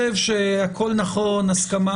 הכול נכו הסכמה,